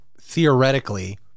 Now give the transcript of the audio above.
theoretically